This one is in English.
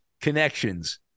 connections